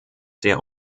sehr